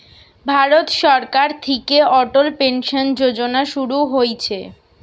ভারত সরকার থিকে অটল পেনসন যোজনা শুরু হইছে